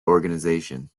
organization